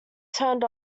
turned